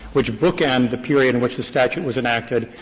which bookend the period in which the statute was enacted,